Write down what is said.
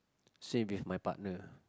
same with my partner